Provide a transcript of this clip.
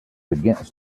against